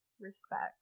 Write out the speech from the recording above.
Respect